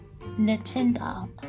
Nintendo